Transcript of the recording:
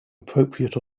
appropriate